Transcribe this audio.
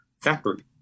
factory